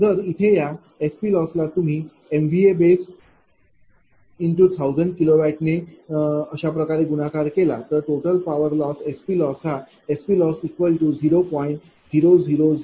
जर इथे या SPLoss ला तुम्ही MVA basex1000kW ने गुणाकार केला तर टोटल पावर लॉस SPLoss हा SPLoss0